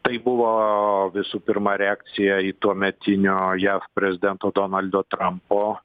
tai buvo visų pirma reakcija į tuometinio jav prezidento donaldo trampo